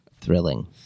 Thrilling